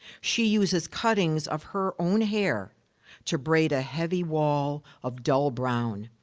she uses cuttings of her own hair to braid a heavy wall of dull brown.